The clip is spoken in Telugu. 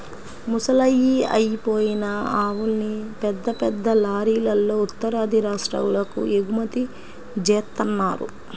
ముసలయ్యి అయిపోయిన ఆవుల్ని పెద్ద పెద్ద లారీలల్లో ఉత్తరాది రాష్ట్రాలకు ఎగుమతి జేత్తన్నారు